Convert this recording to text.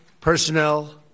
personnel